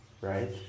right